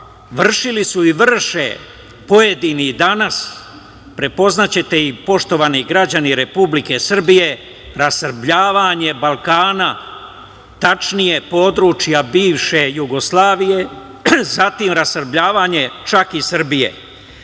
vršili su i vrše pojedini danas, prepoznaćete ih, poštovani građani Republike Srbije, rasrbljavanje Balkana, tačnije područja bivše Jugoslavije, zatim rasrbljavanje čak i Srbije,